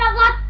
ah la